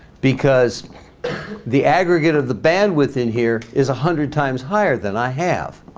because the aggregate of the bandwidth in here is a hundred times higher than i have